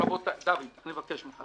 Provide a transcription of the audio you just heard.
--- דוד, אני מבקש ממך.